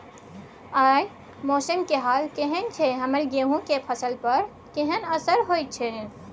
आय मौसम के हाल केहन छै हमर गेहूं के फसल पर केहन असर होय छै?